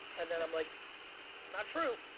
and then i'm like not true.